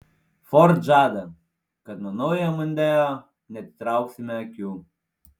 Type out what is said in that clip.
ford žada kad nuo naujojo mondeo neatitrauksime akių